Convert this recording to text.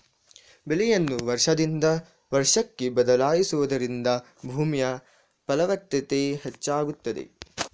ಬೆಳೆಯನ್ನು ವರ್ಷದಿಂದ ವರ್ಷಕ್ಕೆ ಬದಲಾಯಿಸುವುದರಿಂದ ಭೂಮಿಯ ಫಲವತ್ತತೆ ಹೆಚ್ಚಾಗುತ್ತದೆ